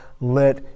let